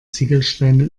ziegelsteine